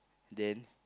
then